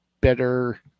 better